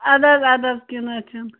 اَدٕ حظ اَدٕ حظ کیٚنٛہہ نہَ حظ چھُنہٕ